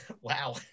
Wow